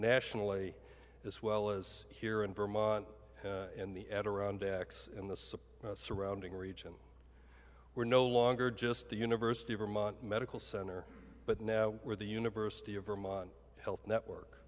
nationally as well as here in vermont in the adirondacks and the supply surrounding region we're no longer just the university of vermont medical center but now where the university of vermont health network